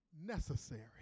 necessary